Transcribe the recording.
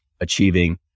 achieving